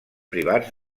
privats